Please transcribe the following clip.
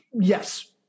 Yes